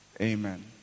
Amen